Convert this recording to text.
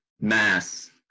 mass